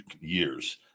years